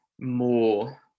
more